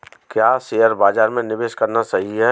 क्या शेयर बाज़ार में निवेश करना सही है?